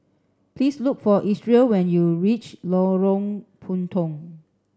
please look for Isreal when you reach Lorong Puntong